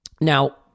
Now